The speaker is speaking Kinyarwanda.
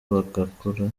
bagakura